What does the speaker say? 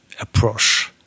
approach